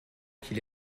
qu’il